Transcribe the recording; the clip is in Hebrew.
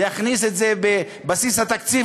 להכניס את זה בבסיס התקציב.